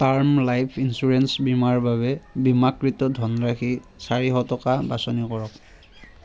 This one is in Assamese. টাৰ্ম লাইফ ইন্সুৰেঞ্চ বীমাৰ বাবে বীমাকৃত ধনৰাশি চাৰিশ টকা বাচনি কৰক